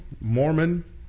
Mormon